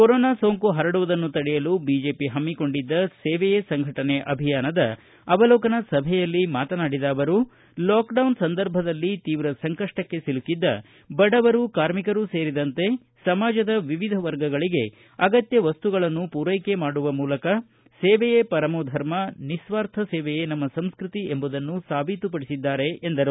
corona ಸೋಂಕನ್ನು ಪರಡುವುದನ್ನು ತಡೆಯಲು ಬಿಜೆಪಿ ಹಮ್ಮಿಕೊಂಡಿದ್ದ ಸೇವೆಯೇ ಸಂಘಟನೆ ಅಭಿಯಾನದ ಅವಲೋಕನಾ ಸಭೆಯಲ್ಲಿ ಮಾತನಾಡಿದ ಅವರು ಲಾಕ್ಡೌನ್ ಸಂದರ್ಭದಲ್ಲಿ ತೀವ್ರ ಸಂಕಷ್ಟಕ್ಕೆ ಸಿಲುಕಿದ್ದ ಬಡವರು ಕಾರ್ಮಿಕರು ಸೇರಿದಂತೆ ಸಮಾಜದ ವಿವಿಧ ವರ್ಗಗಳಿಗೆ ಅಗತ್ಯ ವಸ್ತುಗಳ ಮೂರೈಕೆ ಮಾಡುವ ಮೂಲಕ ಸೇವೆಯೇ ಪರಮೋಧರ್ಮ ನಿಸ್ವಾರ್ಥ ಸೇವೇಯೇ ನಮ್ಮ ಸಂಸ್ಕತಿ ಎಂಬುದನ್ನು ಸಾಬೀತುಪಡಿಸಿದ್ದಾರೆ ಎಂದರು